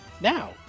Now